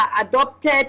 adopted